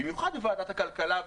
במיוחד בוועדת הכלכלה,